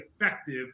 effective